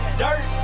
dirt